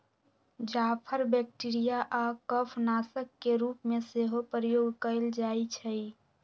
जाफर bacteria आऽ कफ नाशक के रूप में सेहो प्रयोग कएल जाइ छइ